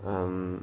um